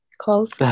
calls